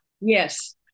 Yes